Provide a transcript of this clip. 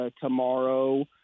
Tomorrow